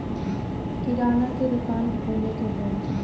किराना के दुकान खोले के हौ